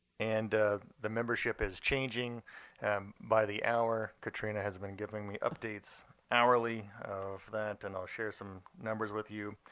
and the membership is changing by the hour. katrina has been giving me updates hourly of that. and i'll share some numbers with you.